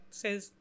says